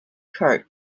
cart